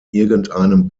irgendeinem